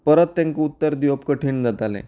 परत तांकां उत्तर दिवप कठीण जातालें